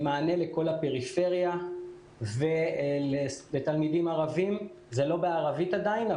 מענה לפריפריה ולתלמידים ערבים זה לא בערבית עדיין,